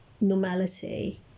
normality